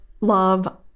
love